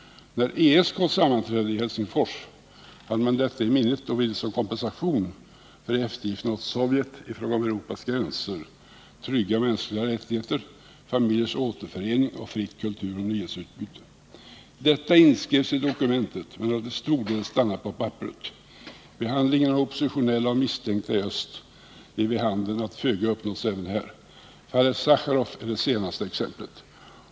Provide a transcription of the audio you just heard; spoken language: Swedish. När ESK sammanträdde i Helsingfors hade man detta i minnet och ville som kompensation för eftergifterna åt Sovjet i fråga om Europas gränser trygga mänskliga rättigheter, familjers återförening och ett fritt kulturoch nyhetsutbyte. Detta inskrevs i dokumentet men har till stor del stannat på papperet. Behandlingen av oppositionella eller misstänkta i öst ger vid handen att föga uppnåtts. Fallet Sacharov är det senaste exemplet.